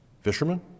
fishermen